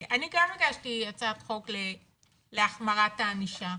אני גם הגשתי הצעת חוק להחמרת הענישה.